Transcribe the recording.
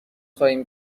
خواهیم